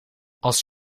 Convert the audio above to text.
als